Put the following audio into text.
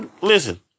Listen